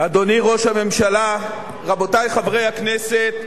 אדוני ראש הממשלה, רבותי חברי הכנסת,